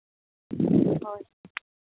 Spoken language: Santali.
ᱦᱳᱭ